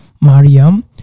Mariam